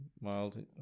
mild